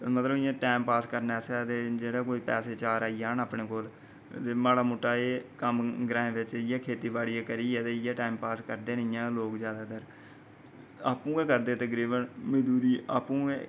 मतलव time pass करने आस्तै जेह्ड़ा कोई चार पैसे आई जान अपने कोल माढा मुट्टा एह् कम्म ग्राएं च इ'ऐ खेती बाड़ी करियै लोक टाईम पास करदे न आंपू गै करदे न तकरिबन मजदूरी आपूं गै